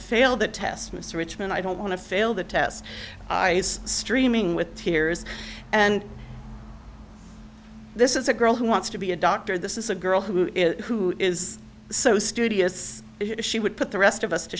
fail that test mr richmond i don't want to fail the test streaming with tears and this is a girl who wants to be a doctor this is a girl who who is so studious she would put the rest of us to